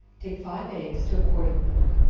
take five eggs to a quart of milk,